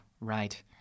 right